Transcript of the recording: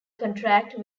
contract